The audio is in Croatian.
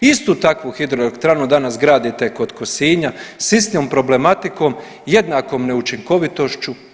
Istu takvu hidroelektranu danas gradite kod Kosinja sa istom problematikom, jednakom neučinkovitošću.